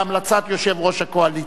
בהמלצת יושב-ראש הקואליציה,